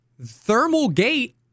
ThermalGate